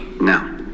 Now